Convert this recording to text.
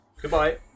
Goodbye